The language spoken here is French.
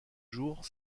jours